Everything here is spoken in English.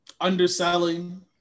Underselling